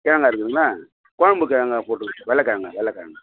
கிழங்கா இருக்குதுங்களா குழம்பு கிழங்கா போட்டுடுங்க வெள்ளை கிழங்கா வெள்ளை கிழங்கா